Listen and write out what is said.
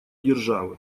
державы